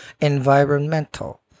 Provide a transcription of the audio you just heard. environmental